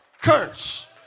curse